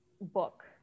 book